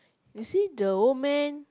you see the old man